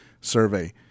survey